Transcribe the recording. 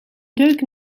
deuk